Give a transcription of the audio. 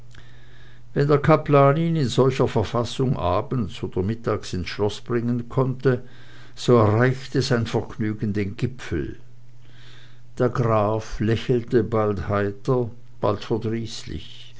wenn der kaplan ihn in solcher verfassung abends oder mittags ins schloß bringen konnte so erreichte sein vergnügen den höchsten gipfel der graf lächelte bald heiter bald verdrießlich